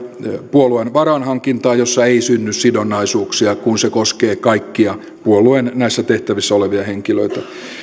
puolueen varainhankintaa jossa ei synny sidonnaisuuksia kun se koskee kaikkia puolueen näissä tehtävissä olevia henkilöitä